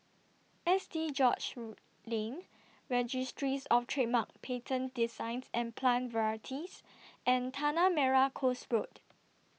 S T George's Lane Registries of Trademarks Patents Designs and Plant Varieties and Tanah Merah Coast Road